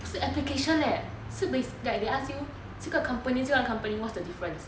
不是 application leh like they ask you 这个 company 这个 company what's the difference